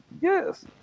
Yes